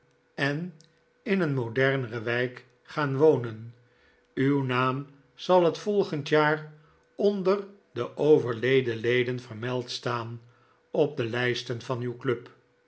en in een modernere wijk gaan wonen uw naam zal het volgend jaar onder de overleden leden vermeld staan op de lijsten van uw club